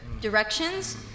directions